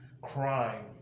Crime